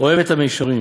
אוהב את המישרים,